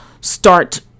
start